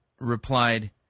replied